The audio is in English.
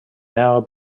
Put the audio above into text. now